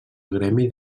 gremi